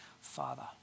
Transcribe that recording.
father